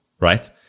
right